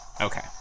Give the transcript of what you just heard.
Okay